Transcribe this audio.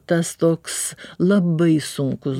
tas toks labai sunkus